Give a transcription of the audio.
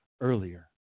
earlier